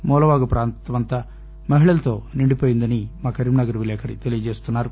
మూలవాగు ప్రాంత మంత మహిళలతో నిండిపోయిందని మా కరీంనగర్ విలేకరి తెలియజేస్తున్నారు